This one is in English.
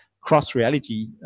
cross-reality